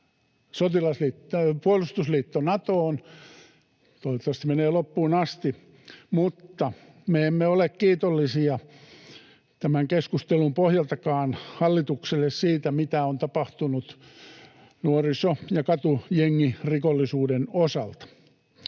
puolustusliitto Natoon — toivottavasti menee loppuun asti — mutta me emme ole kiitollisia tämänkään keskustelun pohjalta hallitukselle siitä, mitä on tapahtunut nuoriso‑ ja katujengirikollisuuden osalta.